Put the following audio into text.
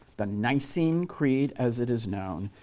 the nicene creed, as it is known,